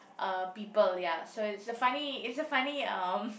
uh people ya so it's a funny it's a funny um